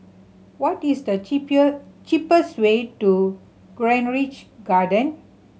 what is the cheapest way to Garden